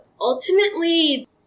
ultimately